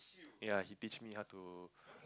ya he teach me how to